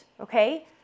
Okay